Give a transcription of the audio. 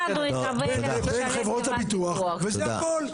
בין חברות הביטוח וזה הכל.